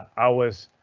i was.